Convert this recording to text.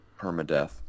permadeath